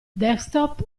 desktop